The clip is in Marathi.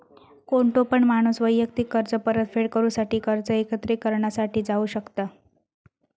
कोणतो पण माणूस वैयक्तिक कर्ज परतफेड करूसाठी कर्ज एकत्रिकरणा साठी जाऊ शकता